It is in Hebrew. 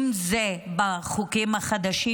אם זה בחוקים החדשים,